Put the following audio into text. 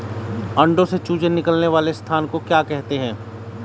अंडों से चूजे निकलने वाले स्थान को क्या कहते हैं?